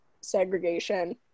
segregation